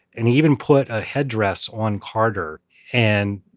and he even put a headdress on carter and,